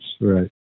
Right